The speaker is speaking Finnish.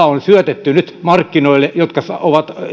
on nyt syötetty rahaa tuhansia miljardeja jotka